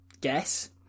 guess